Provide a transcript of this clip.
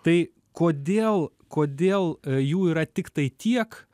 tai kodėl kodėl jų yra tiktai tiek